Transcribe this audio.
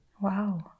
Wow